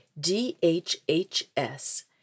DHHS